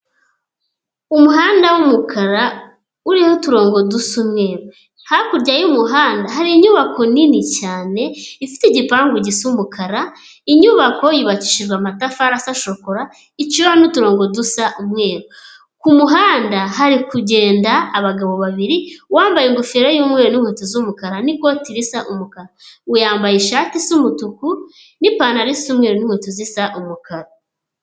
Umuhanda w'umukara, urimo uturongo dusa umweru, hakurya y'umuhanda hari inyubako nini cyane ifite igipangu gisa umukara, inyubako yubakishijwe amatafari asa shokora, iciyeho n'uturongo dusa umweru. Ku kumuhanda hari kugenda abagabo babiri, uwambaye ingofero y'umweru n'inkweto z'umukara n'ikoti risa umukara, uwo yambaye ishati isa umutuku n'ipantaro y'umweru n'inkweto zisa umukara.